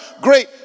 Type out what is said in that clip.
great